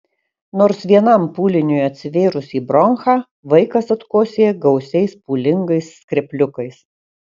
nors vienam pūliniui atsivėrus į bronchą vaikas atkosėja gausiais pūlingais skrepliukais